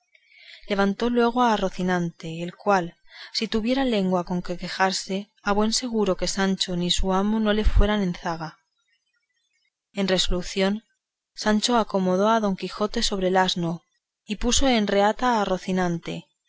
levantó luego a rocinante el cual si tuviera lengua con que quejarse a buen seguro que sancho ni su amo no le fueran en zaga en resolución sancho acomodó a don quijote sobre el asno y puso de reata a rocinante